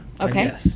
Okay